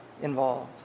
involved